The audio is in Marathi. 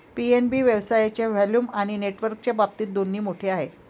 पी.एन.बी व्यवसायाच्या व्हॉल्यूम आणि नेटवर्कच्या बाबतीत दोन्ही मोठे आहे